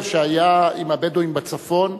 אתה יודע על הסדר שהיה עם הבדואים בצפון,